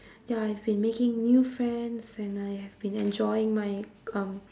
ya I've been making new friends and I have been enjoying my